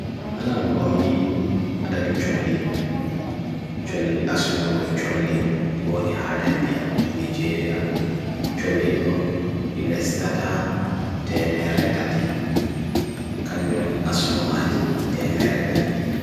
Reptiles heɓi fiinooko ngal. ɓe sooya heɓi koora. ɓe waawna tawa ka heɓi fiinooko.